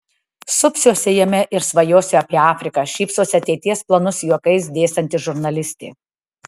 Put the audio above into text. supsiuosi jame ir svajosiu apie afriką šypsosi ateities planus juokais dėstanti žurnalistė